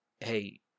hey